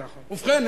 ובכן,